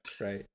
right